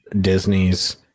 Disney's